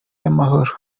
y’amahoro